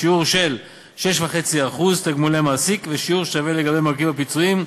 בשיעור של 6.5% תגמולי מעסיק ושיעור שווה לגבי מרכיב הפיצויים,